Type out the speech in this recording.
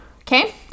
Okay